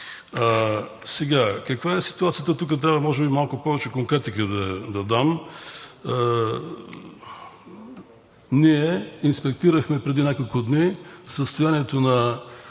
нас. Каква е ситуацията? Тук трябва може би малко повече конкретика да дам. Ние инспектирахме преди няколко дни състоянието на